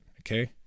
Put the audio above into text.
okay